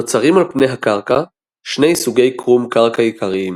נוצרים על פני הקרקע שני סוגי קרום קרקע עיקריים,